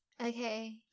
Okay